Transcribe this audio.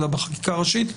אלא בחקיקה ראשית,